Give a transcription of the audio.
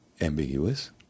ambiguous